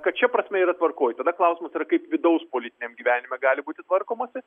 kad čia prasmė yra tvarkoj tada klausimas kaip vidaus politiniam gyvenime gali būti tvarkomasi